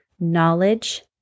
knowledge